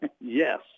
Yes